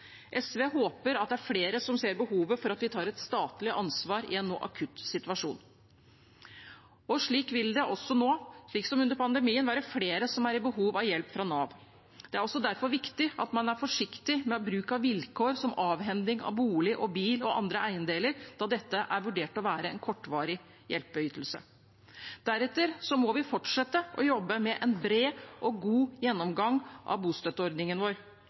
SV håper det er flere som ser behovet for at vi tar et statlig ansvar i en nå akutt situasjon. Slik vil det også nå, slik som under pandemien, være flere som er i behov av hjelp fra Nav. Det er derfor viktig at man er forsiktig med bruk av vilkår som avhending av bolig, bil og andre eiendeler, da dette er vurdert å være en kortvarig hjelpeytelse. Deretter må vi fortsette å jobbe med en bred og god gjennomgang av bostøtteordningen vår.